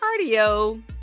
cardio